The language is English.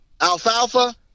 alfalfa